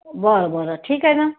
बरं बरं ठीक आहे ना